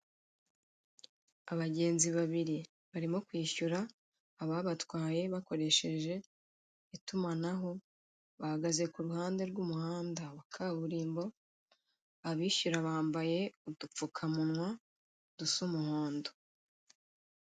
Abagenzi babiri barimo kwishyura ababatwaye bakoresheje itumanaho bahagaze ku ruhande rw'umuhanda wa kaburimbo abishyura bambaye udupfukamunwa dusa umuhondo.